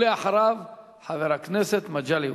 ואחריו, חבר הכנסת מגלי והבה.